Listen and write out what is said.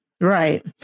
right